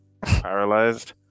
Paralyzed